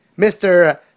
Mr